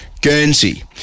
Guernsey